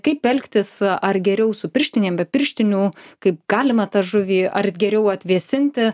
kaip elgtis ar geriau su pirštinėm be pirštinių kaip galima tą žuvį ar geriau atvėsinti